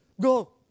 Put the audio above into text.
go